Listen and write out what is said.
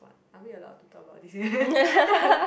are we allowed to talk about this